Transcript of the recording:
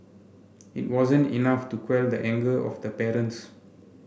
it wasn't enough to quell the anger of the parents